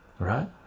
Right